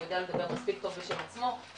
הוא יודע לדבר מספיק טוב בשם עצמו.